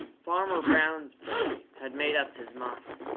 farmer brown's boy had made up his mind.